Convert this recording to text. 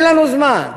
אין לנו זמן.